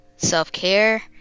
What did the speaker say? self-care